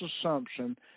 assumption